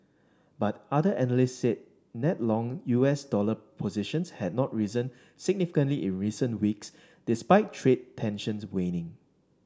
but other analysts said net long U S dollar positions had not risen significantly in recent weeks despite trade tensions waning